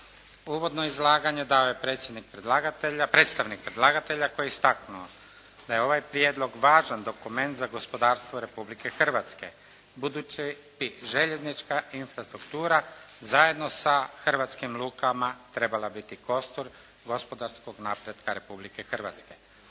predlagatelja, predstavnik predlagatelja koji je istaknuo da je ovaj prijedlog važan dokument za gospodarstvo Republike Hrvatske. Budući bi željeznička infrastruktura zajedno sa hrvatskim lukama trebala biti kostur gospodarskog napretka Republike Hrvatske.